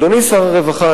אדוני שר הרווחה,